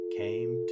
came